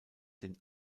den